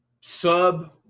sub